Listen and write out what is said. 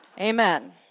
Amen